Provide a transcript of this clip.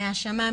מהאשמה,